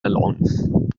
العنف